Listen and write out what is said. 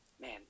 Man